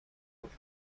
میگفت